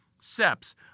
SEPs